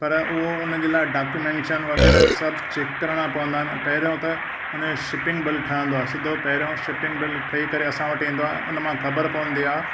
पर उहो हुन जे लाइ डॉक्यूमेंशन वग़ैरह सभु चेक करणा पवंदा आहिनि पहिरियों त हुन जो शिपिंग बिल ठहंदो आहे सिधो पहिरियों शिपिंग बिल ठही करे असां वटि ईंदो आहे हुन मां ख़बर पवंदी आहे